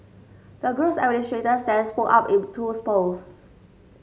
the group's administrators then spoke up in two posts